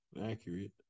accurate